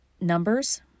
numbers